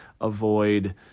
avoid